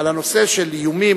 על הנושא של איומים,